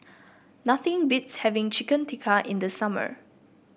nothing beats having Chicken Tikka in the summer